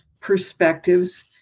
perspectives